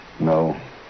No